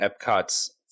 Epcot's